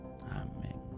Amen